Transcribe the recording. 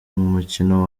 mukino